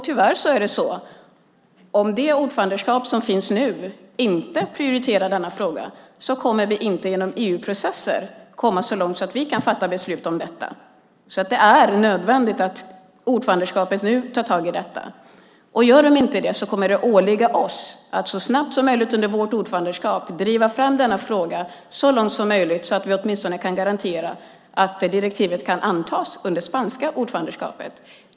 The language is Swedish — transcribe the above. Tyvärr är det så att om det ordförandeskap som finns nu inte prioriterar denna fråga kommer vi inte inom EU-processer att komma så långt att vi kan fatta beslut om detta. Det är därför nödvändigt att ordförandeskapet nu tar tag i detta. Om de inte gör det kommer det att åligga oss att så snabbt som möjligt under vårt ordförandeskap driva fram denna fråga så långt som möjligt så att vi åtminstone kan garantera att direktivet kan antas under det spanska ordförandeskapet.